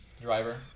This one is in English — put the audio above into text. driver